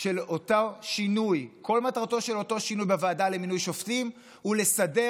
של אותו שינוי בוועדה למינוי שופטים היא לסדר